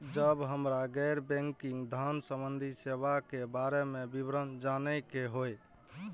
जब हमरा गैर बैंकिंग धान संबंधी सेवा के बारे में विवरण जानय के होय?